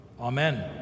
Amen